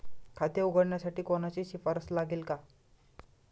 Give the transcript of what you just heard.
खाते उघडण्यासाठी कोणाची शिफारस लागेल का?